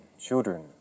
children